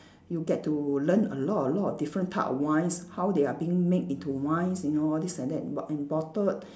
you get to learn a lot a lot of different type of wines how they are being made into wines you know all this and that bot~ and bottled